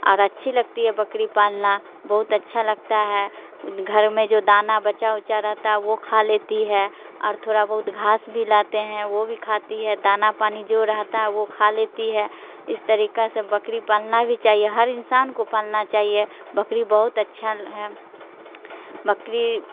اور اچھی لگتی ہے بکری پالنا بہت اچھا لگتا ہے گھر میں جو دانا بچا اوچا رہتا ہے وہ کھا لیتی ہے اور تھوڑا بہت گھاس بھی لاتے ہیں وہ بھی کھاتی ہے دانا پانی جو رہتا ہے وہ کھا لیتی ہے اس طریقہ سے بکری پالنا بھی چاہیے ہر انسان کو پالنا چاہیے بکری بہت اچھا ہے بکری